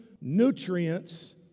nutrients